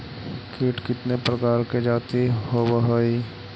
कीट कीतने प्रकार के जाती होबहय?